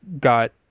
got